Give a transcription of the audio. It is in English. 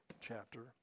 chapter